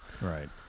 Right